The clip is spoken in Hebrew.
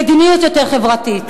למדיניות יותר חברתית.